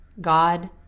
God